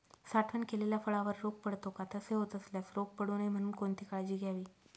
साठवण केलेल्या फळावर रोग पडतो का? तसे होत असल्यास रोग पडू नये म्हणून कोणती काळजी घ्यावी?